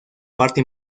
parte